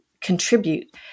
contribute